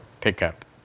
pickup